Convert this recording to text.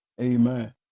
Amen